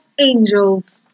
angels